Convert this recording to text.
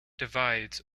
divides